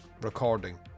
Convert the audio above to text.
recording